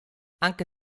anche